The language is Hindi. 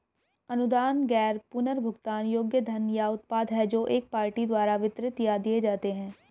अनुदान गैर पुनर्भुगतान योग्य धन या उत्पाद हैं जो एक पार्टी द्वारा वितरित या दिए जाते हैं